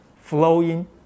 flowing